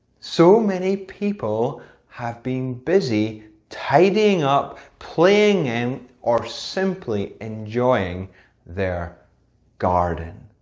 so many people have been busy tidying up, playing in, or simply enjoying their garden.